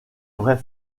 vrai